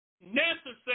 necessary